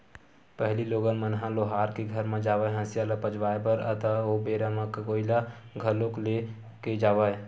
पहिली लोगन मन ह लोहार के घर म जावय हँसिया ल पचवाए बर ता ओ बेरा म कोइला घलोक ले के जावय